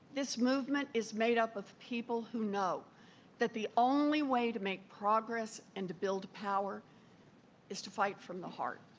this movement is made up of people who know that the only way to make progress and build power is to fight from the heart.